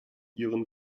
ihren